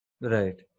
Right